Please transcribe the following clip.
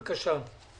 אני אקריא אותם.